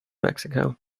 mexico